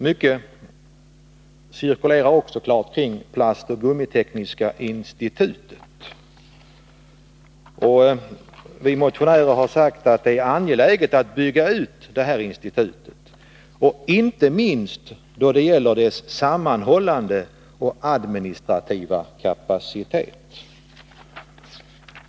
Mycket cirkulerar också kring Plastoch gummitekniska institutet. Vi motionärer har sagt att det är angeläget att bygga ut det institutet, inte minst då det gäller dess sammanhållande och administrativa kapacitet.